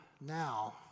now